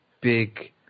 big